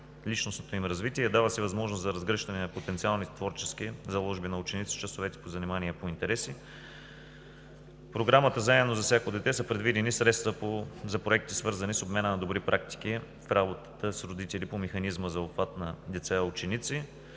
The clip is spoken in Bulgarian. личностното им развитие. Дава се възможност за разгръщане на потенциалните творчески заложби на учениците с часовете по занимания по интереси. В Програмата „Заедно за всяко дете“ са предвидени средства за проекти, свързани с обмяна на добри практики в работата с родители по механизма за обхват на деца и ученици.